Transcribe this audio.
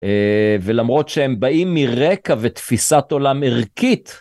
ולמרות שהם באים מרקע ותפיסת עולם ערכית.